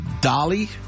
Dolly